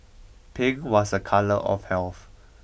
pink was a colour of health